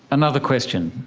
another question?